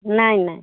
ନାଇଁ ନାଇଁ